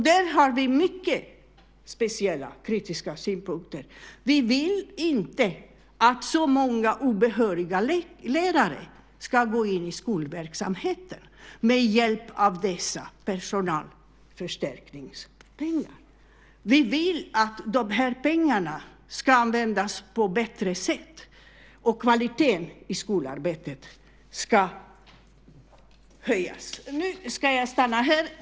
Där har vi mycket speciella kritiska synpunkter. Vi vill inte att så många obehöriga lärare ska gå in i skolverksamheten med hjälp av dessa personalförstärkningspengar. Vi vill att de här pengarna ska användas på bättre sätt, och kvaliteten i skolarbetet ska höjas. Nu ska jag stanna här.